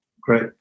Great